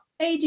AD